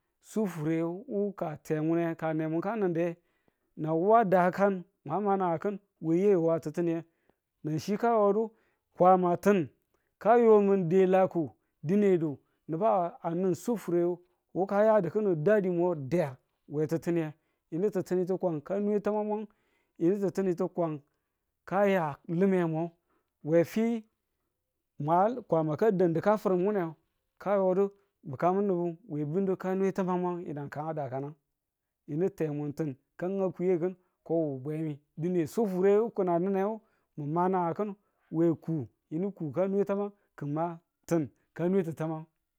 sufure wu ka temune ka nemun ka ni̱ de nau wu a dakan mwa ma namannikin we yiye wa ti̱ttinite nachi ka yodo kwamatin kayo mun delaku dinedu nubu a nan sufurewu wu kaya kani̱n dadimo der we ti̱ttiniye yinu ti̱ttinitu kwang ka ne tamang mo yinu ti̱ttinitu kwang kaya lime mo we fi mwan kwama ka danu ka firmune kayodu bi̱kamu nubu we bi̱nunu kane tamang mwon yi̱nag kan dakan yinu temun tin ka ga kuye ki̱n ko wu bwe mi dine sufure wo ki̱n a neni wo ni ma nagangku we ku yinu ku ka nwe tamang ki̱n ma tin ka nwe ti̱ taman